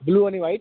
blue आणि वाईट